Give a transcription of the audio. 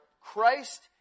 Christ